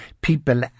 people